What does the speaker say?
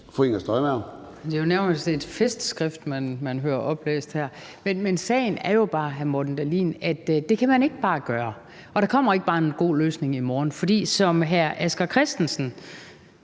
Inger Støjberg (DD): Det er jo nærmest et festskrift, man hører oplæst her. Men sagen er jo bare, hr. Morten Dahlin, at det kan man ikke bare gøre, og der kommer ikke bare en god løsning i morgen, for som hr. Asger Christensen,